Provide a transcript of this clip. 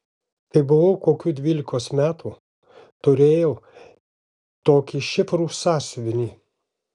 kai buvau kokių dvylikos metų turėjau tokį šifrų sąsiuvinį